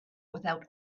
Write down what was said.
without